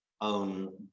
own